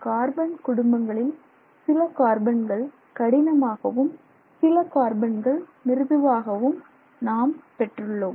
carbon குடும்பங்களில் சில கார்பன்கள் கடினமாகவும் சில கார்பன்கள் மிருதுவாகவும் நாம் பெற்றுள்ளோம்